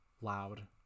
loud